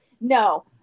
No